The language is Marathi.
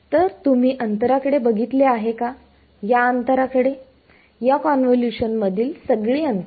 तर तुम्ही अंतरा कडे बघितले आहे का या अंतरा कडे या कॉन्वोलुशन मधील सगळी अंतरे